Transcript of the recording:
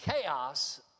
chaos